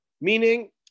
Meaning